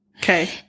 Okay